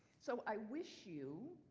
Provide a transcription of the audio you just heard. so i wish you,